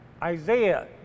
Isaiah